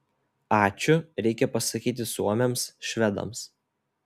ačiū reikia pasakyti suomiams švedams